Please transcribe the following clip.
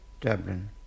Dublin